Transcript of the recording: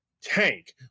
tank